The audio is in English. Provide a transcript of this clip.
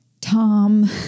Tom